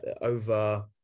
over